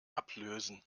ablösen